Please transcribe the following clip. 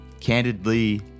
candidly